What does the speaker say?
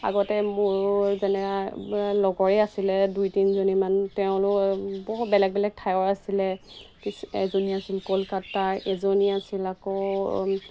আগতে মোৰ যেনে লগৰে আছিলে দুই তিনজনীমান তেওঁলোক বহু বেলেগ বেলেগ ঠাইৰ আছিলে এজনী আছিল কলকাতাৰ এজনী আছিল আকৌ